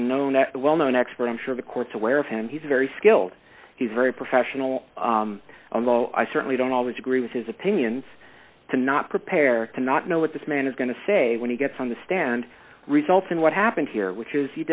unknown at the well known expert i'm sure the courts aware of him he's very skilled he's very professional although i certainly don't always agree with his opinions to not prepare to not know what this man is going to say when he gets on the stand resulting what happened here which is